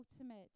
ultimate